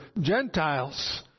Gentiles